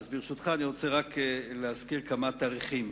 אז ברשותך אני רוצה רק להזכיר כמה תאריכים.